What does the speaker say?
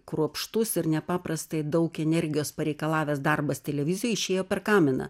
kruopštus ir nepaprastai daug energijos pareikalavęs darbas televizijoj išėjo per kaminą